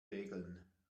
regeln